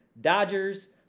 Dodgers